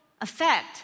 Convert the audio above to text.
effect